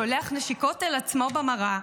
שולח נשיקות אל עצמו במראה,